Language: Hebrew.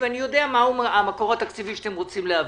ואני יודע מהו המקור התקציבי שאתם רוצים להביא.